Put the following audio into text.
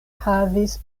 havis